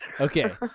Okay